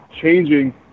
changing